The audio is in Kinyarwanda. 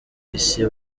isi